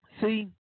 See